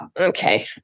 okay